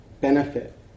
benefit